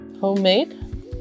Homemade